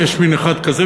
ויש מין אחד כזה,